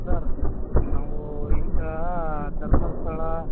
sir ನಾವು ಈಗ ಧರ್ಮಸ್ಥಳ